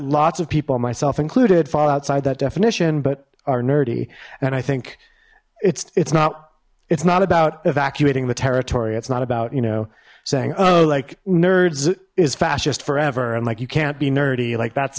lots of people myself included fall outside that definition but are nerdy and i think it's it's not it's not about evacuating the territory it's not about you know saying oh like nerds is fascist forever and like you can't be nerdy like that's